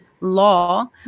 law